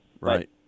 Right